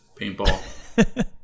paintball